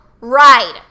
ride